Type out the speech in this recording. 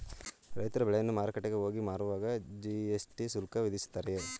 ರೈತರು ಬೆಳೆಯನ್ನು ಮಾರುಕಟ್ಟೆಗೆ ಹೋಗಿ ಮಾರುವಾಗ ಜಿ.ಎಸ್.ಟಿ ಶುಲ್ಕ ವಿಧಿಸುತ್ತಾರೆಯೇ?